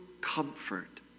comfort